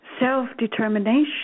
self-determination